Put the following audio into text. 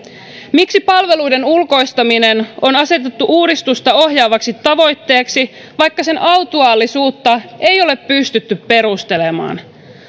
miksi palveluiden ulkoistaminen on asetettu uudistusta ohjaavaksi tavoitteeksi vaikka sen autuaallisuutta ei ole pystytty perustelemaan